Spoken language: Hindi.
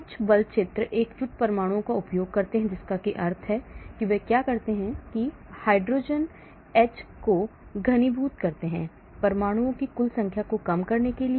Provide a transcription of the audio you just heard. कुछ बल क्षेत्र एकजुट परमाणुओं का उपयोग करते हैं जिसका अर्थ है कि वे क्या करते हैं वे हाइड्रोजन एच को घनीभूत करते हैं परमाणुओं की कुल संख्या को कम करने के लिए